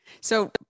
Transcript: So-